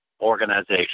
organization